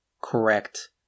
correct